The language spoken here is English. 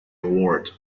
award